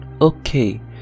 okay